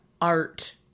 art